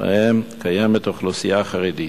שבהם קיימת אוכלוסייה חרדית.